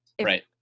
Right